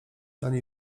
ani